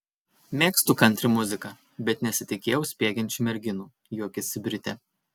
mėgstu kantri muziką bet nesitikėjau spiegiančių merginų juokiasi britė